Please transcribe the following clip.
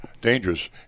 dangerous